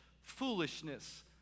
foolishness